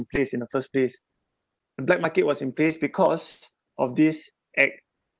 in place in the first place and black market was in place because of this act